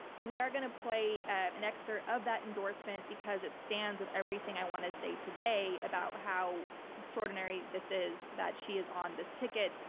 but we are going to play an excerpt of that endorsement because it stands with everything i want to say today about how extraordinary this is that she is on this ticket.